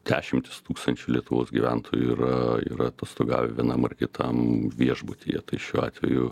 dešimtys tūkstančių lietuvos gyventojų yra yra atostogavę vienam ar kitam viešbutyje tai šiuo atveju